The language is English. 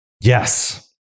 Yes